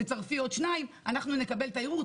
תצרפי עוד שניים אנחנו נקבל את הערעור.